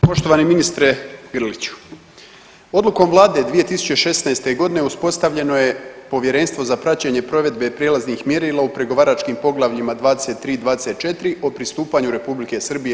Poštovani ministre Grliću, odlukom vlade 2016. godine uspostavljeno je Povjerenstvo za praćenje provedbe prijelaznih mjerila u pregovaračkim Poglavljima 23 i 24 o pristupanju Republike Srbije EU.